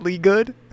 good